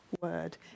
word